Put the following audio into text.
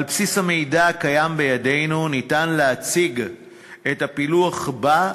על בסיס המידע שבידינו אפשר להציג את הפילוח הבא,